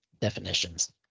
definitions